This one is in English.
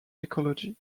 ecology